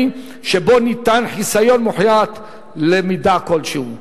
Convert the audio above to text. שבו ניתן חיסיון מוחלט למידע כלשהו,